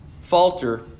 falter